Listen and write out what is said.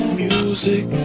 music